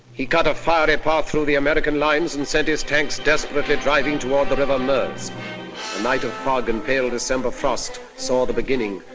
he cut a fiery path through the american lines and sent his tanks desperately driving toward the river meuse. a night of fog and pale december frost saw the beginning,